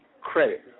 credit